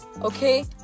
Okay